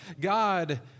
God